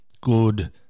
good